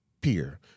peer